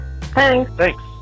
Thanks